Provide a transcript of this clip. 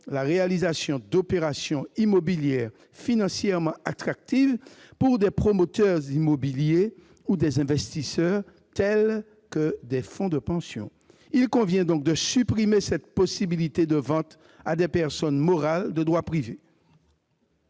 la réalisation d'opérations immobilières financièrement attractives pour des promoteurs immobiliers ou des investisseurs, tels que des fonds de pension. Il convient par conséquent de supprimer cette possibilité de vente à des personnes morales de droit privé.